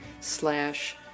slash